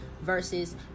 versus